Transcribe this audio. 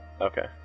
Okay